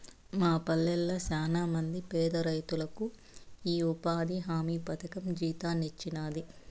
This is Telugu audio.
మా పల్లెళ్ళ శానమంది పేదరైతులకు ఈ ఉపాధి హామీ పథకం జీవితాన్నిచ్చినాది